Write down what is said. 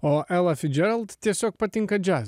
o ela fidžerald tiesiog patinka džiazas